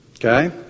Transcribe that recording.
Okay